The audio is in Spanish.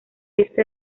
este